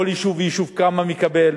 כל יישוב ויישוב כמה הוא מקבל,